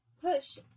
Push